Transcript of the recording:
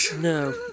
No